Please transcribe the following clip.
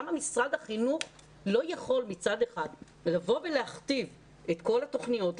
גם משרד החינוך לא יכול מצד אחד להכתיב את כל התוכניות,